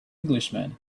englishman